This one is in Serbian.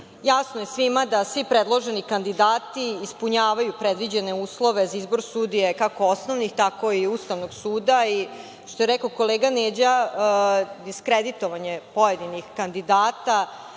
Jasno je svima da svi predloženi kandidati ispunjavaju predviđene uslove za izbor sudije, kako osnovnih tako i Ustavnog suda. Što je rekao kolega Neđa - diskreditovanje pojedinih kandidata,